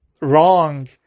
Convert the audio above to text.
wrong